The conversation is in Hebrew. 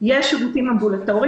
יש שירותים אמבולטוריים.